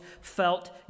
felt